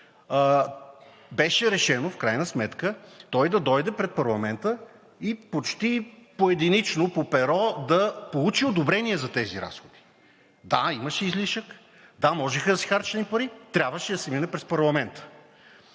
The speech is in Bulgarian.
беше решено в крайна сметка той да дойде пред парламента и почти поединично, по перо, да получи одобрение за тези разходи. Да, имаше излишък, да, можеха да се харчат едни пари – трябваше да се мине през парламента.